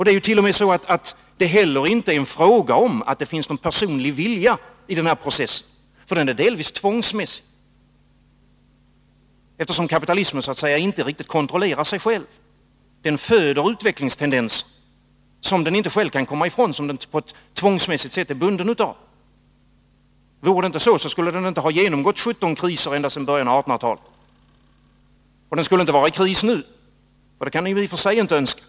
Det är t.o.m. så att det inte finns någon personlig vilja i denna process. Den är delvis tvångsmässig, eftersom kapitalismen inte riktigt kontrollerar sig själv. Den föder utvecklingstendenser som den inte själv kan komma ifrån, som den på ett tvångsmässigt sätt är bunden av. Vore det inte så, skulle den inte ha genomgått 17 kriser sedan början av 1800-talet. Och den skulle inte vara i kris nu — något som vi i och för sig inte kan önska.